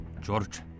George